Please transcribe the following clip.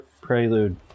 Prelude